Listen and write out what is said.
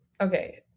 Okay